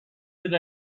that